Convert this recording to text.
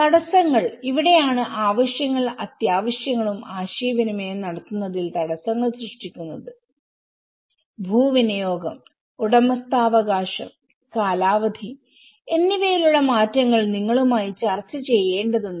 തടസ്സങ്ങൾ ഇവിടെയാണ് ആവശ്യങ്ങൾ അത്യാവശ്യങ്ങളും ആശയവിനിമയം നടത്തുന്നതിൽ തടസ്സങ്ങൾ സൃഷ്ടിക്കുന്നത് ഭൂവിനിയോഗംഉടമസ്ഥാവകാശംകാലാവധി എന്നിവയിലുള്ള മാറ്റങ്ങൾ നിങ്ങളുമായി ചർച്ചചെയ്യേണ്ടതുണ്ട്